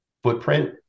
footprint